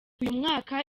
mwaka